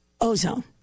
ozone